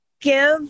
Give